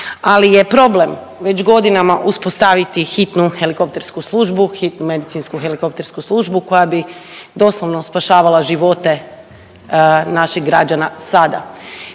ali je problem već godinama uspostaviti Hitnu helikoptersku službu, Hitnu medicinsku helikoptersku službu koja bi doslovno spašavala živote naših građana sada.